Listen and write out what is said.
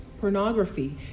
Pornography